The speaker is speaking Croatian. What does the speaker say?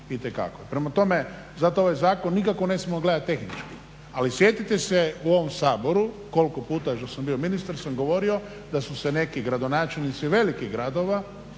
Prema tome, zato ovaj zakon nikako ne smijemo gledat tehnički, ali sjetite se u ovom Saboru koliko puta što sam bio ministar sam govorio da su se neki gradonačelnici velikih gradova